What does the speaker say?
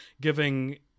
giving